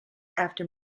after